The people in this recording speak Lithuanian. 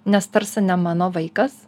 nes tarsi ne mano vaikas